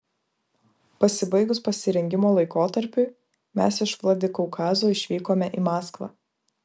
pasibaigus pasirengimo laikotarpiui mes iš vladikaukazo išvykome į maskvą